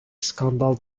skandal